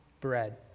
bread